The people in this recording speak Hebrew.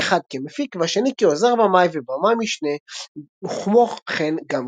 האחד כמפיק והשני כעוזר במאי ובמאי משנה וכמו כן גם כמפיק.